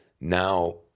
now